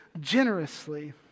generously